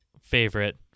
favorite